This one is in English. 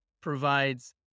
provides